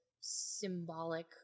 symbolic